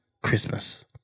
Christmas